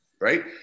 right